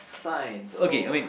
Science oh